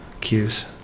cues